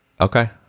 Okay